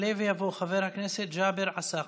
יעלה ויבוא חבר הכנסת ג'אבר עסאקלה.